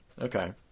Okay